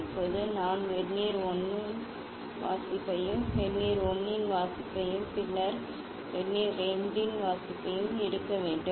இப்போது நான் வெர்னியர் 1 இன் வாசிப்பையும் வெர்னியர் 1 இன் வாசிப்பையும் பின்னர் 1 வெர்னியர் 2 இன் வாசிப்பையும் எடுக்க வேண்டும்